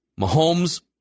Mahomes